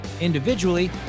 individually